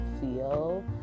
feel